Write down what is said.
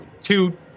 two